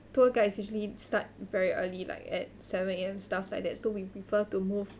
tour guides usually start very early like at seven A_M stuff like that so we prefer to move